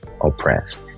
oppressed